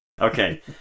Okay